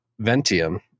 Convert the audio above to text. Ventium